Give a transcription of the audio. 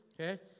Okay